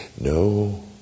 no